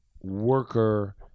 worker